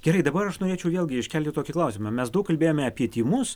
gerai dabar aš norėčiau vėlgi iškelti tokį klausimą mes daug kalbėjome apie tymus